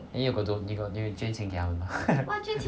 then you all got do~ you got 你有捐钱给他们吗